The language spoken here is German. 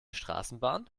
straßenbahn